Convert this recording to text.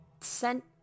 sent